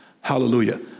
Hallelujah